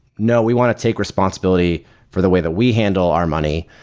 no, we want to take responsibility for the way that we handle our money.